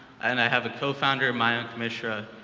and i have a cofounder, mayank mishra,